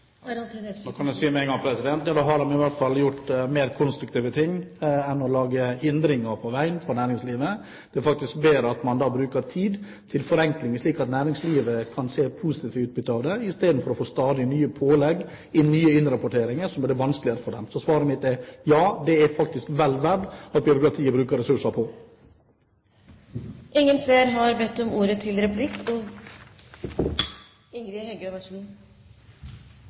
Jeg kan med en gang si at da har en i hvert fall gjort mer konstruktive ting enn å legge hindringer i veien for næringslivet. Det er faktisk bedre at man bruker tid til forenklinger, slik at næringslivet kan få et positivt utbytte av disse, istedenfor at man stadig får nye pålegg, nye innrapporteringer, som gjør det vanskeligere for dem. Så svaret mitt er ja, det er det faktisk vel verdt at byråkratiet bruker ressurser på. Vi fekk under førre replikken ikkje svar på om